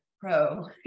pro